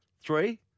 Three